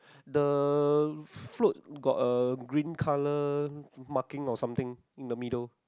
the float got a green colour marking or something in the middle